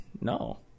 No